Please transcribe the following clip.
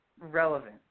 relevant